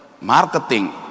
marketing